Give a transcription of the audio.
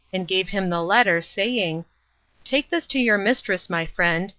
and gave him the letter, saying take this to your mistress, my friend,